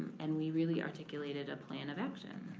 and we really articulated a plan of action,